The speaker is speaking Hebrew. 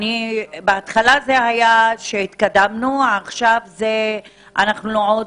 בהתחלה אמרתם "התקדמנו" עכשיו זה "אנחנו עוד